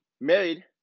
married